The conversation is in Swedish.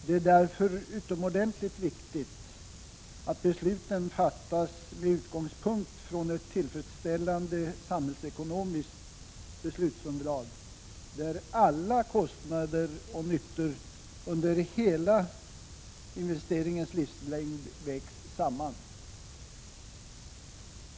Det är därför utomordentligt viktigt att besluten fattas med utgångspunkt från ett tillfredsställande samhällsekonomiskt beslutsunderlag, där alla kostnader och nyttor under hela investeringens livslängd vägs samman.